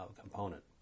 component